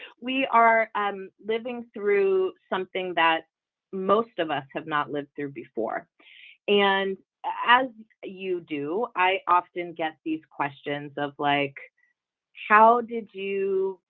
we are um living through something that most of us have not lived through before and as ah you do i often get these questions of like how did you?